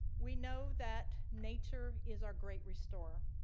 we know that nature is our great restorer.